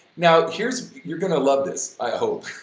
now, here's you're gonna love this, i hope,